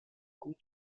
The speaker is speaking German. gut